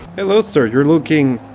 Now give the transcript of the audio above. hello sir, you're looking,